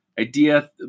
idea